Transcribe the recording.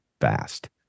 fast